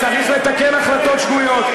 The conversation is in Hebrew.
וצריך לתקן החלטות שגויות.